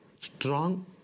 strong